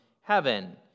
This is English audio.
heaven